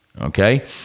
Okay